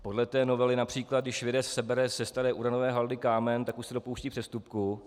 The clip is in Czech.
Podle té novely například když vědec sebere ze staré uranové haldy kámen, tak už se dopouští přestupku.